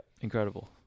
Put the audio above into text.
Incredible